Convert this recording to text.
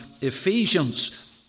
Ephesians